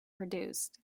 produced